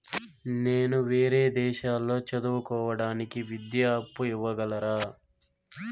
నేను వేరే దేశాల్లో చదువు కోవడానికి విద్యా అప్పు ఇవ్వగలరా?